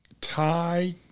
Thai